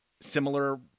similar